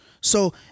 So-